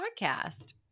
podcast